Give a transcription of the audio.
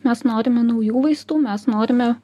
mes norime naujų vaistų mes norime